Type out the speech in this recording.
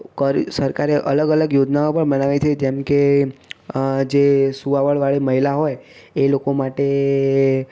કર સરકારે અલગ અલગ યોજનાઓ પણ બનાવી છે જેમકે જે સુવાવડવાળી જે મહિલા હોય એ લોકો માટે